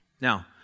Now